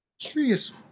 Curious